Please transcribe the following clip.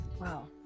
Wow